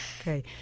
Okay